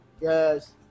Yes